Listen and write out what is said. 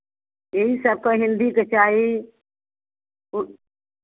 यही सब तो हिंदी के चाहिए वह